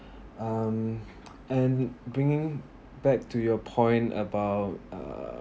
um and bringing back to your point about uh